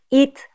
eat